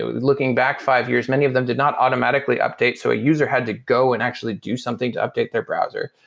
looking back five years, many of them did not automatically update. so a user had to go and actually do something to update their browser,